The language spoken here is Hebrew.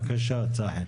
בבקשה צחי.